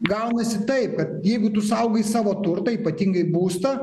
gaunasi taip kad jeigu tu saugai savo turtą ypatingai būstą